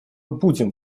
будем